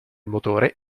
motore